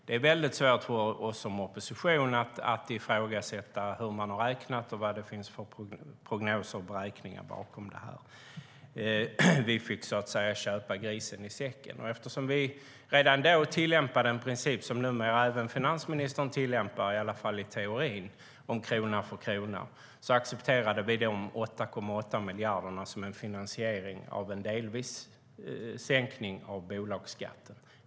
Det är svårt för oss i oppositionen att ifrågasätta hur man har räknat och vad det finns för prognoser och beräkningar bakom detta. Vi fick så att säga köpa grisen i säcken. Eftersom vi redan då tillämpade den princip som numera även finansministern tillämpar, i alla fall i teorin, om krona för krona, så accepterade vi de 8,8 miljarderna som en finansiering av en delvis sänkning av bolagsskatten.